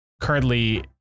currently